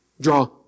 draw